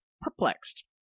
perplexed